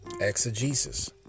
exegesis